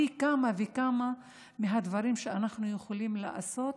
פי כמה וכמה מהדברים שאנחנו יכולים לעשות.